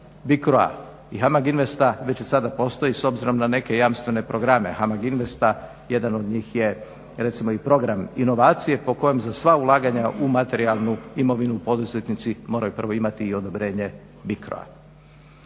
BICRO-a i HAMAG investa već i sada postoji s obzirom na neke jamstvene programe HAMAG investa jedan od njih je recimo i program inovacije po kojem za sva ulaganja u materijalnu imovinu poduzetnici moraju prvo imati i odobrenje BICRO-a.